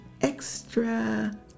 extra